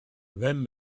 then